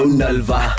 nalva